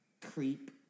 Creep